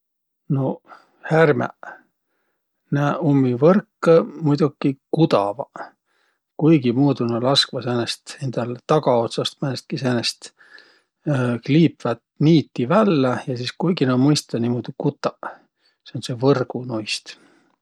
Noq härmäq? Nä ummi võrkõ muidoki kudavaq. Kuigimuudu nä laskvaq säänest hindäl tagaotsast määnestki säänest kliipvät niiti vällä. Ja sis kuigi nä mõistvaq niimuudu kutaq sääntse võrgu noist.